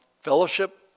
fellowship